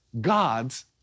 God's